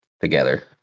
together